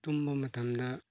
ꯇꯨꯝꯕ ꯃꯇꯝꯗ